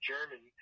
German